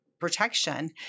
protection